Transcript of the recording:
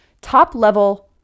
top-level